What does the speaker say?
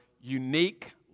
unique